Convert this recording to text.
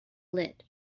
light